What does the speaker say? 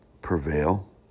prevail